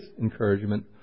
encouragement